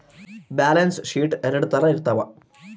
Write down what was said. balance sheet ಎರಡ್ ತರ ಇರ್ತವ